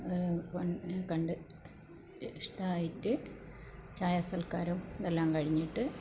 പെണ്ണിനെ കണ്ട് ഇഷ്ടമായിട്ട് ചായ സൽക്കാരവും എല്ലാം കഴിഞ്ഞിട്ട്